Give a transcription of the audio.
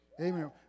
Amen